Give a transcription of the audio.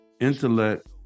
Intellect